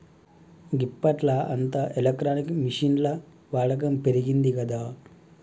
గిప్పట్ల అంతా ఎలక్ట్రానిక్ మిషిన్ల వాడకం పెరిగిందిగదా